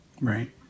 Right